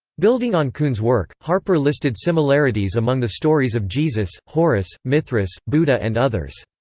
building on kuhn's work, harpur listed similarities among the stories of jesus, horus, mithras, buddha and others.